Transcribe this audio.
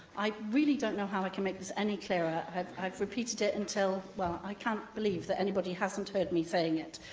i really don't know how i can make this any clearer. i have repeated it until. well, i can't believe that anybody hasn't heard me saying it.